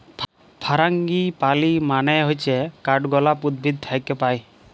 ফারাঙ্গিপালি মানে হচ্যে কাঠগলাপ উদ্ভিদ থাক্যে পায়